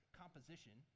composition